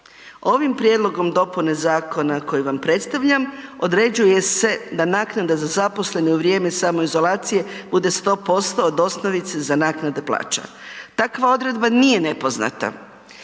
ovim prijedlogom dopune zakona koji vam predstavljam određuje se da naknada za zaposlene u vrijeme samoizolacije bude 100% od osnovice za naknade plaća. Takva odredba nije nepoznata,